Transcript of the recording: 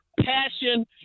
passion